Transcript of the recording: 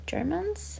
Germans